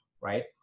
right